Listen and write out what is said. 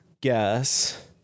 guess